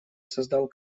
создал